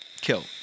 Kill